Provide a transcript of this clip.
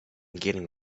getting